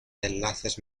enlaces